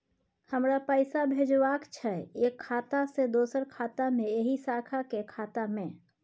हमरा पैसा भेजबाक छै एक खाता से दोसर खाता मे एहि शाखा के खाता मे?